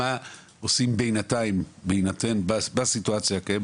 מה עושים בינתיים בסיטואציה הקיימת,